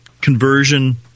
conversion